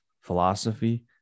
philosophy